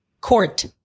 court